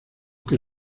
que